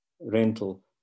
rental